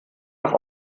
nach